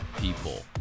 people